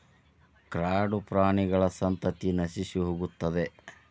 ಕಾಡುಪ್ರಾಣಿಗಳ ಸಂತತಿಯ ನಶಿಸಿಹೋಗುತ್ತದೆ